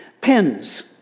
Pins